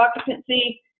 occupancy